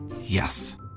Yes